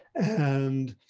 and,